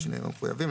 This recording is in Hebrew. בשינוים המחויבים.